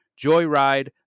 Joyride